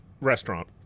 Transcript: restaurant